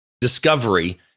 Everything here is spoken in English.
Discovery